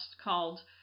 called